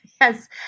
Yes